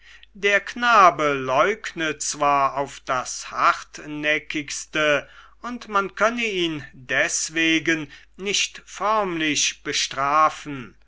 der knabe leugne zwar auf das hartnäckigste und man könne ihn deswegen nicht förmlich bestrafen